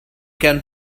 can